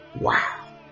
Wow